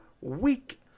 week